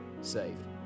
saved